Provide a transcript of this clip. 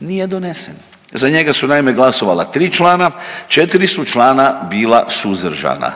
nije donesen. Za njega su naime glasovala tri člana, četiri su člana bila suzdržana.